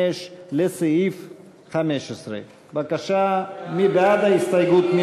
35 לסעיף 15. בבקשה, מי בעד ההסתייגות?